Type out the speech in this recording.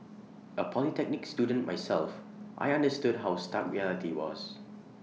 A polytechnic student myself I understood how stark reality was